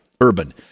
Urban